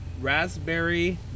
raspberry